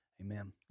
Amen